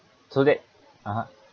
so that (uh huh)